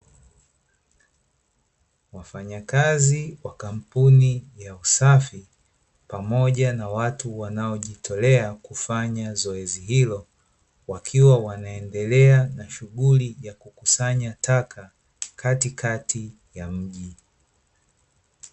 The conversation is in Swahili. Wafanyakazi wa kampuni ya usafi pamoja na watu wanaojitolea kufanya zoezi hilo, wakiwa wanaendelea na shughuli ya kukusanya takataka kati kati ya mji.